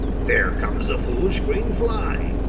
there comes a foolish green fly,